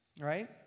right